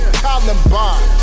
columbine